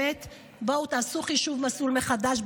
בואו תעשו חישוב מסלול מחדש,